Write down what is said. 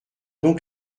donc